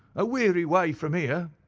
a weary way from here.